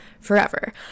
forever